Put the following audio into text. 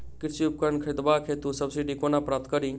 कृषि उपकरण खरीदबाक हेतु सब्सिडी कोना प्राप्त कड़ी?